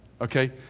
Okay